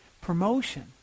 promotion